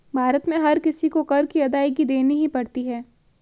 भारत में हर किसी को कर की अदायगी देनी ही पड़ती है